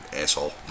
Asshole